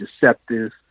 deceptive